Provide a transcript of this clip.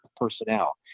personnel